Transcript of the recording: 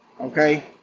okay